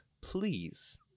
please